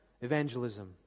evangelism